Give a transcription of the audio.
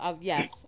Yes